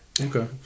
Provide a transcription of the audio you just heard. Okay